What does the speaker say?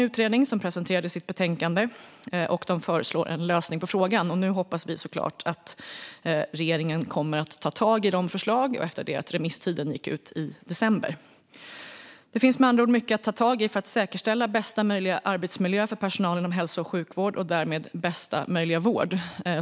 Utredningen har presenterat sitt betänkande, där det föreslås en lösning på frågan. Nu hoppas vi såklart att regeringen kommer att ta tag i dess förslag. Remisstiden gick ut i december. Det finns med andra ord mycket att ta tag i för att säkerställa bästa möjliga arbetsmiljö för personalen inom hälso och sjukvården och därmed bästa möjliga vård.